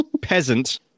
peasant